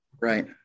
Right